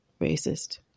racist